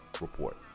Report